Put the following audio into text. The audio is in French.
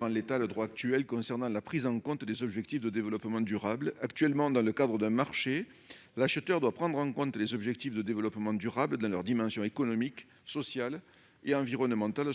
en l'état le droit actuel concernant la prise en compte des objectifs de développement durable. Actuellement, dans le cadre d'un marché, l'acheteur doit prendre en compte les ODD dans leurs dimensions économique, sociale et environnementale.